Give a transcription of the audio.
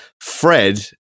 Fred